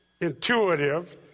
intuitive